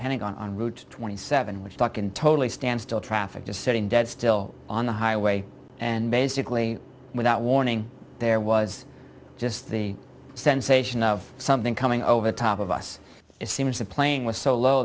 pentagon on route twenty seven which stuck in totally standstill traffic just sitting dead still on the highway and basically without warning there was just the sensation of something coming over top of us it seems the plane was so low